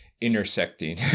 intersecting